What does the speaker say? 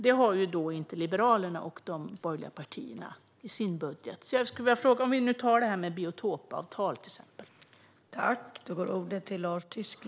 Detta har inte Liberalerna och de övriga borgerliga partierna i sina budgetar. Hur tänker ni kring till exempel biotopavtal?